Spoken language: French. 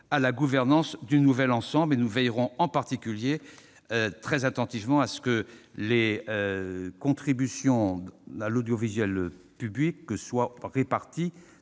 à la gouvernance du nouvel ensemble et nous veillerons très attentivement à ce que la contribution à l'audiovisuel public soit répartie